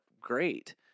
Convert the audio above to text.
great